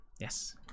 Yes